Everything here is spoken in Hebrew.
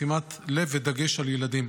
בשימת לב ודגש על ילדים.